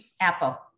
Apple